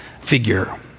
figure